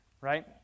right